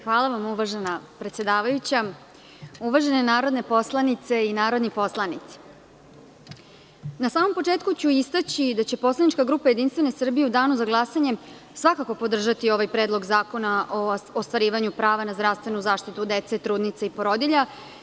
Hvala vam uvažena predsedavajuća, uvažene narodne poslanice i narodni poslanici, na samom početku ću istaći da će poslanička grupa JS u danu za glasanje svakako podržati ovaj Predlog zakona o ostvarivanju prava na zdravstvenu zaštitu dece, trudnice i porodilja.